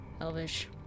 Elvish